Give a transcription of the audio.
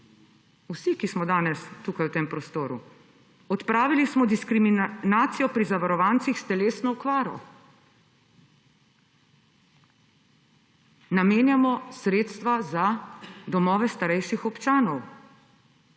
vsi, ki smo danes tukaj v tem prostoru. Odpravili smo diskriminacijo pri zavarovancih s telesno okvaro, namenjamo sredstva za domove starejših občanov,